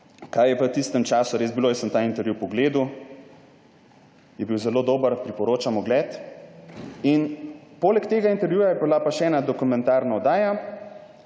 kaj je v tistem času res bilo. Ta intervju sem pogledal. Je bil zelo dober, priporočam ogled. Poleg tega intervjuja je bila pa še ena dokumentarna oddaja,